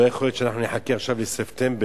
לא יכול להיות שנחכה עכשיו לספטמבר